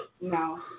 no